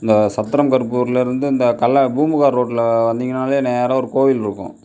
இந்த சத்திரம் கருப்பூர்லேருந்து இந்த கல்ல பூம்புகார் ரோட்டில் வந்திங்கன்னாவே நேராக ஒரு கோவில் இருக்கும்